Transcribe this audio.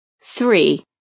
Three